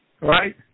Right